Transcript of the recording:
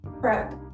prep